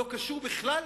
לא קשור בכלל